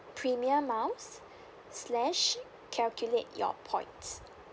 premier miles slash calculate your points